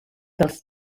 dels